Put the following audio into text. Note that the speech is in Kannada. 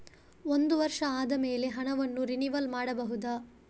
ಒಂದು ವರ್ಷ ಆದಮೇಲೆ ಹಣವನ್ನು ರಿನಿವಲ್ ಮಾಡಬಹುದ?